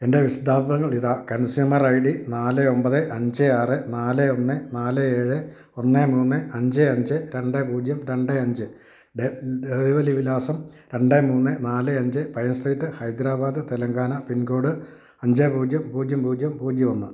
എന്റെ വിശദാംശങ്ങളിതാ കൺസ്യൂമറയ്ഡി നാല് ഒമ്പത് അഞ്ച് ആറ് നാല് ഒന്ന് നാല് ഏഴ് ഒന്ന് മൂന്ന് അഞ്ച് അഞ്ച് രണ്ട് പൂജ്യം രണ്ട് അഞ്ച് ഡെലിവറി വിലാസം രണ്ട് മൂന്ന് നാല് അഞ്ച് Pine Street Hyderabad Telangana pin code അഞ്ച് പൂജ്യം പൂജ്യം പൂജ്യം പൂജ്യം ഒന്ന്